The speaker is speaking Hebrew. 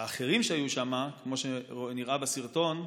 האחרים שהיו שם, כמו שנראה בסרטון,